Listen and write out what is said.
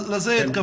לזה התכוונתי,